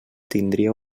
tindria